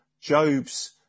Job's